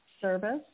service